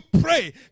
pray